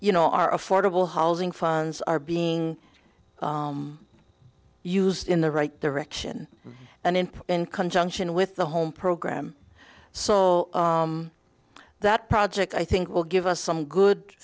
you know our affordable housing funds are being used in the right direction and in in conjunction with the home program so that project i think will give us some good